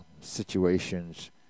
situations